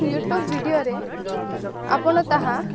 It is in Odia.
ୟୁଟ୍ୟୁବ ଭିଡ଼ିଓରେ ଆପଣ ତାହା